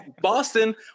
Boston